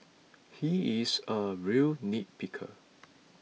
he is a real nitpicker